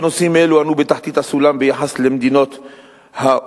בנושאים אלו אנו בתחתית הסולם ביחס למדינות ה-OECD.